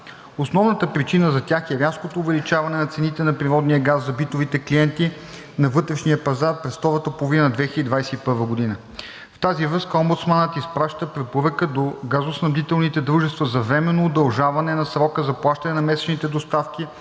Основната причина за тях е рязкото увеличение на цените на природния газ за битовите клиенти на вътрешния пазар през втората половина на 2021 г. В тази връзка омбудсманът изпраща препоръка до газоснабдителните дружества за временно удължаване на срока за плащане на месечните доставки